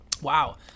Wow